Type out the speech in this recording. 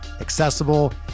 accessible